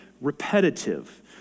repetitive